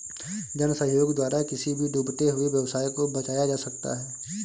जन सहयोग द्वारा किसी भी डूबते हुए व्यवसाय को बचाया जा सकता है